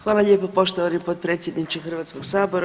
Hvala lijepo poštovani potpredsjedniče Hrvatskog sabora.